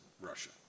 Russia